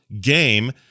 game